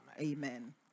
Amen